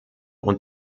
und